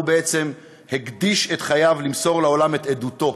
הוא בעצם הקדיש את חייו למסור לעולם את עדותו,